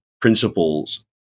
principles